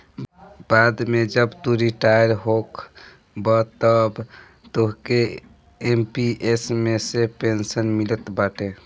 बाद में जब तू रिटायर होखबअ तअ तोहके एम.पी.एस मे से पेंशन मिलत बाटे